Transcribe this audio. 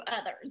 others